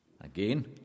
Again